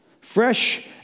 Fresh